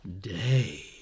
day